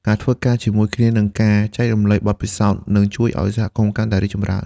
ការធ្វើការជាមួយគ្នានិងការចែករំលែកបទពិសោធន៍នឹងជួយឲ្យសហគមន៍កាន់តែរីកចម្រើន។